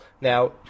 Now